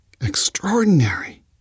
Extraordinary